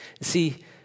See